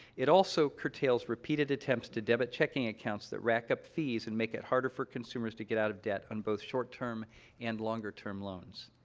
it also curtails repeated attempts to debit checking accounts that rack up fees and make it harder for consumers to get out of debt from and both short-term and longer-term loans.